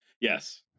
Yes